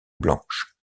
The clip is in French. blanche